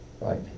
right